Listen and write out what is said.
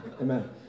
Amen